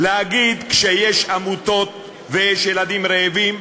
כשיש עמותות ויש ילדים רעבים,